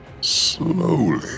slowly